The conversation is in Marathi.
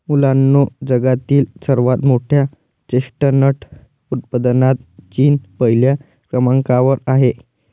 मुलांनो जगातील सर्वात मोठ्या चेस्टनट उत्पादनात चीन पहिल्या क्रमांकावर आहे